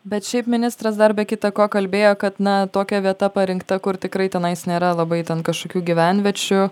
bet šiaip ministras dar be kita ko kalbėjo kad na tokia vieta parinkta kur tikrai tenais nėra labai ten kažkokių gyvenviečių